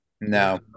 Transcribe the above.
No